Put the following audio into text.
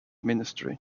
ministry